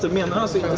neo-nazi